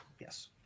Yes